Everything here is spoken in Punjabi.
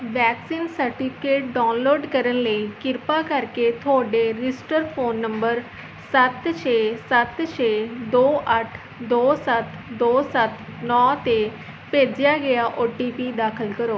ਵੈਕਸੀਨ ਸਰਟੀਫਿਕੇਟ ਡਾਊਨਲੋਡ ਕਰਨ ਲਈ ਕਿਰਪਾ ਕਰਕੇ ਤੁਹਾਡੇ ਰਜਿਸਟਰ ਫ਼ੋਨ ਨੰਬਰ ਸੱਤ ਛੇ ਸੱਤ ਛੇ ਦੋ ਅੱਠ ਦੋ ਸੱਤ ਦੋ ਸੱਤ ਨੌ 'ਤੇ ਭੇਜਿਆ ਗਿਆ ਓ ਟੀ ਪੀ ਦਾਖਲ ਕਰੋ